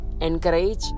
encourage